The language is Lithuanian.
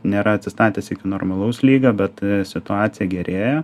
nėra atsistatęs iki normalaus lygio bet situacija gerėja